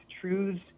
truths